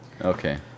Okay